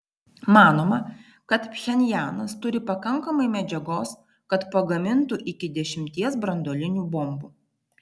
manoma kad pchenjanas turi pakankamai medžiagos kad pagamintų iki dešimties branduolinių bombų